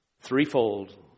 Threefold